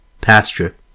pasture